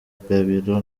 gabiro